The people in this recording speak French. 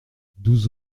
douze